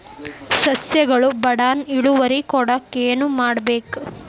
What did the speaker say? ಸಸ್ಯಗಳು ಬಡಾನ್ ಇಳುವರಿ ಕೊಡಾಕ್ ಏನು ಮಾಡ್ಬೇಕ್?